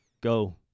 Go